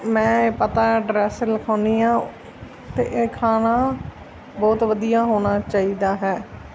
ਮੈਂ ਪਤਾ ਅਡਰੈਸ ਲਿਖਾਉਂਦੀ ਹਾਂ ਅਤੇ ਇਹ ਖਾਣਾ ਬਹੁਤ ਵਧੀਆ ਹੋਣਾ ਚਾਹੀਦਾ ਹੈ